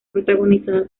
protagonizada